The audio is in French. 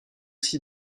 aussi